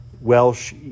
Welsh